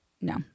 No